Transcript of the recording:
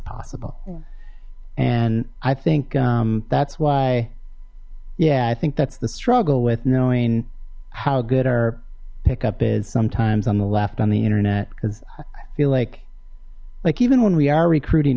possible and i think that's why yeah i think that's the struggle with knowing how good our pickup is sometimes on the left on the internet because i feel like like even when we are recruiting